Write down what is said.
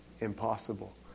impossible